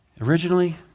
Originally